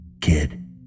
kid